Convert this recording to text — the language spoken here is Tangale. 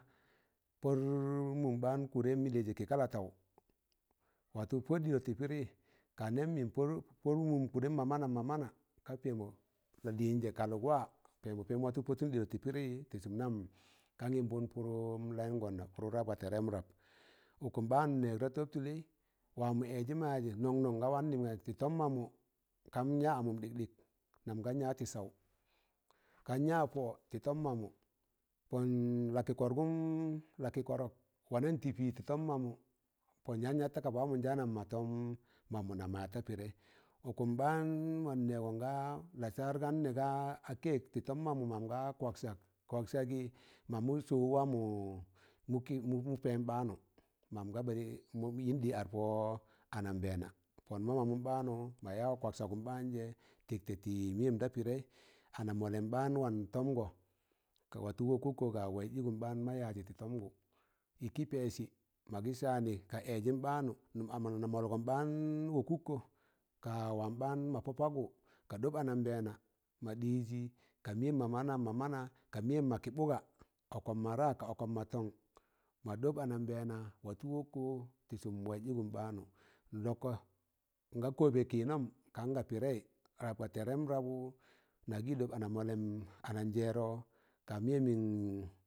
Pọr mụm ɓaan kudẹm lịzị kị kalataụ watọ pụd ɗịlo tị pịrị, ka nẹm mịn pọr- pọr mụm kụdẹm mọ mana ka pẹmọ lalịnn jẹ kalụk wa pẹmọ pẹm watụ pọtom ɗịlọ tị pịrị pụrụm layụngọn ma purụ rap ga tẹrem rap ụkụm baan nnẹg ta tọb tụlaị wamọ ẹẹjịm mọ yajị nọn nọn nga wannị tịtọm mamụ kan yamụn ɗikɗịk nam gan ya tị saụ kan ya pọo tị tọm mamụ pọn lakị kọrọgụm lakị kọrọk wana tị pị tị tọm mamụ pọn yaan yat takaba wamọ njaanam ma tọm mamụ nam mọ yaaz ta pịrẹị ụkụm baan man nẹgọ nga a lassar gan nẹ gaa cakẹ tị tọm mamụ mam gaa kwaksak kwaksak gị mamụ sọụ wa mụ pẹyịn baanụ man ga bẹrị yịn ɗị ad pọ anambẹẹna pọn mọ mamụ ɓaanụ maya kwaksagụm baanjẹ tịktẹ tị mịyẹm da pịdẹị ana mọllẹm ɓaan waan tọngọ ka watị wọkọkkọ ka ka waịzịm baan ma yajị ytị tọmgọ ịkụ pẹd jị magị saanị ka ẹẹjịm ɓaamụ nụm anamọlgụm baan wakụkkọ ka wan baan ma pọ pakwụ ka ɗọb anambẹẹna ma ɗiịzị ka mịn mọ mama mọ mana, ka mịyẹm ma kị bụga ọkụm mọ ra ka ọkọm ma tọn, madọb anambẹẹna, wa tọ wọkkụ ti sum waiz igum ɓaanu, nlọkọ nga kọbẹ kịnọm kanga pịrẹị rap ga tẹrẹm rabụ nagị ɗọb ana mọllẹm ana jẹrrọ ka miyen min